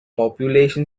population